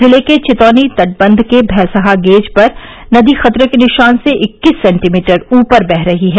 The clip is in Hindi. जिले के छितौनी तटबंध के भैंसहा गेज पर नदी खतरे के निशान से इक्कीस सेंटीमीटर ऊपर बह रही है